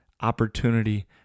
opportunity